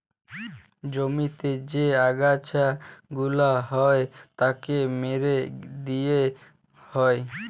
জমিতে যে আগাছা গুলা হ্যয় তাকে মেরে দিয়ে হ্য়য়